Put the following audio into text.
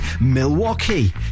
Milwaukee